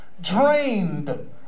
drained